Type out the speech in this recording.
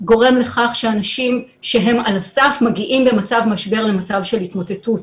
גורם לכך שאנשים שהם על הסף מגיעים ממצב משבר למצב של התמוטטות,